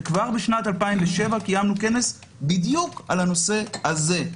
כבר בשנת 2007 קיימנו כנס בדיוק בנושא הזה,